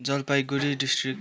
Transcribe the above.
Jalpaiguri district